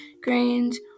Grains